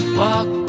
walk